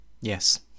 Yes